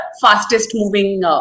fastest-moving